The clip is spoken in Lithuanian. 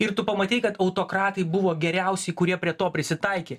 ir tu pamatei kad autokratai buvo geriausiai kurie prie to prisitaikė